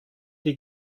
die